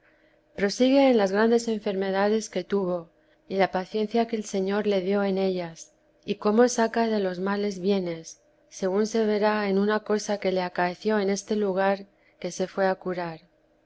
en las grandes enfermedades que tuvo y la paciencia que el señor le dio en elias y cómo saca de los males bienes según se verá en una cosa que le acaeció en este lugar que se fué a curar